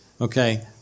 okay